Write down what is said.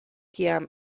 kiam